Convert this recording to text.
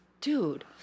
dude